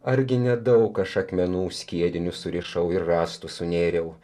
argi ne daug aš akmenų skiedinių surišau ir rastų sunėriau